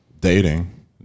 Dating